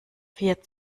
vier